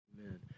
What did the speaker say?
Amen